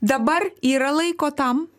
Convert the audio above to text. dabar yra laiko tam